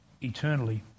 eternally